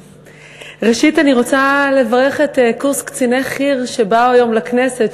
ראשית אני רוצה לברך את קורס קציני חי"ר שבאו היום לכנסת.